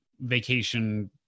vacation